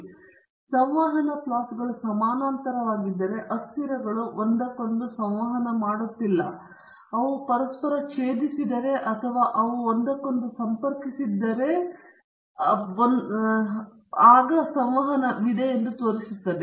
ಮತ್ತು ಸಂವಹನ ಪ್ಲಾಟ್ಗಳು ಸಮಾನಾಂತರವಾಗಿದ್ದರೆ ಅಸ್ಥಿರಗಳು ಒಂದಕ್ಕೊಂದು ಸಂವಹನ ಮಾಡುತ್ತಿಲ್ಲವಾದರೂ ಅವು ಪರಸ್ಪರ ಛೇದಿಸಿದರೆ ಅಥವಾ ಅವು ಒಂದಕ್ಕೊಂದು ಸಂಪರ್ಕಿಸಿದ್ದರೆ ಅಥವಾ ಅವುಗಳು ಒಂದರಿಂದ ಪರಸ್ಪರ ಬೇರೆಡೆಗೆ ತಿರುಗುತ್ತವೆ ಆಗ ಅದು ಒಂದು ಸಂವಹನವಿದೆ ಎಂದು ತೋರಿಸುತ್ತದೆ